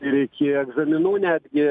ir iki egzaminų netgi